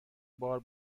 بار